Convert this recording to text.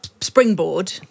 springboard